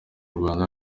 rwanda